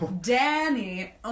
Danny